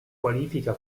qualifica